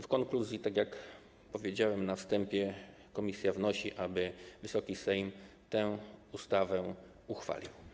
W konkluzji, tak jak powiedziałem na wstępie, komisja wnosi, aby Wysoki Sejm tę ustawę uchwalił.